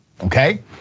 okay